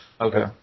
Okay